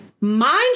Mind